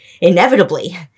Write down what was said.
inevitably